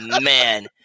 man